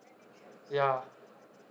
ya